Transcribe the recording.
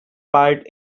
part